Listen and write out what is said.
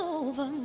over